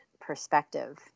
perspective